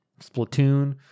splatoon